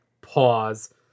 pause